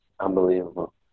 unbelievable